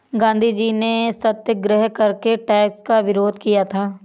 गांधीजी ने सत्याग्रह करके टैक्स का विरोध किया था